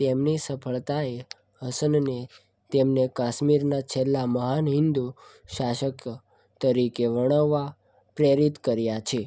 તેમની સફળતાએ હસનને તેમને કાશ્મીરના છેલ્લા મહાન હિંદુ શાસક તરીકે વર્ણવવા પ્રેરિત કર્યા છે